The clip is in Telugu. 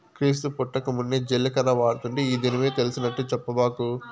క్రీస్తు పుట్టకమున్నే జీలకర్ర వాడుతుంటే ఈ దినమే తెలిసినట్టు చెప్పబాకు